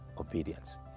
obedience